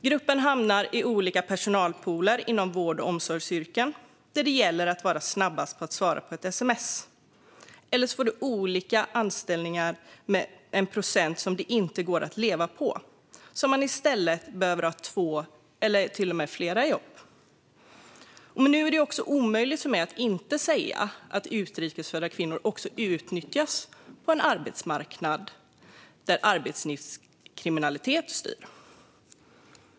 Gruppen hamnar i olika personalpooler inom vård och omsorgsyrken där det gäller att vara snabbast på att svara på ett sms, eller så får man olika tillfälliga anställningar med en procent som det inte går att leva på så att man i stället behöver ha två eller till och med fler jobb. Nu är det omöjligt för mig att inte säga att utrikes födda kvinnor också utnyttjas på en arbetsmarknad där arbetslivskriminalitet styr.